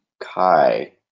Kai